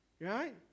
right